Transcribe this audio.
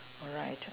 alright